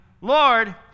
Lord